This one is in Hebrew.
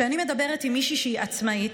אני מדברת עם מישהי שהיא עצמאית,